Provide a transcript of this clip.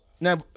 Now